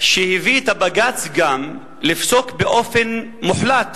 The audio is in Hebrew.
הביא את הבג"ץ גם לפסוק באופן מוחלט